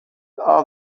are